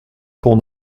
qu’on